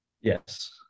Yes